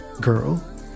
girl